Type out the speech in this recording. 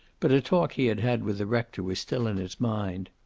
but a talk he had had with the rector was still in his mind.